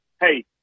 hey